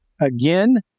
again